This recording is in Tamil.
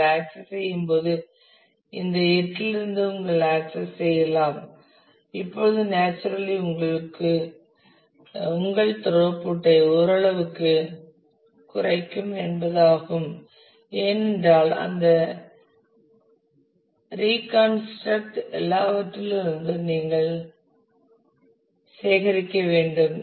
நீங்கள் ஆக்சஸ் செய்யும்போது இந்த 8 இலிருந்து நீங்கள் ஆக்சஸ் செய்யலாம் இப்போது நேச்சுரலி இது உங்கள் துரோஃபுட் ஐ ஓரளவிற்கு குறைக்கும் என்பதாகும் ஏனென்றால் அந்த ரிகன்ஸ்டிரக்ட் எல்லாவற்றிலிருந்தும் நீங்கள் சேகரிக்க வேண்டும்